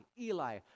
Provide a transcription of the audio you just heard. eli